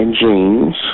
jeans